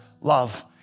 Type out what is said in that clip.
love